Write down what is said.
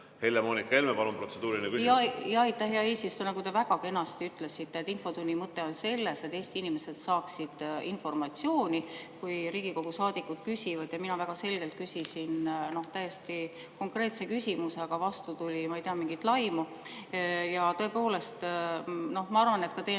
Helle-Moonika Helme, palun, protseduuriline küsimus! Aitäh, hea eesistuja! Te väga kenasti ütlesite, infotunni mõte on selles, et Eesti inimesed saaksid informatsiooni, kui Riigikogu saadikud küsivad. Mina väga selgelt küsisin täiesti konkreetse küsimuse, aga vastu tuli, ma ei tea, mingit laimu. Tõepoolest, ma arvan, et ka teie